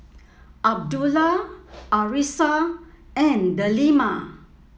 Abdullah Arissa and Delima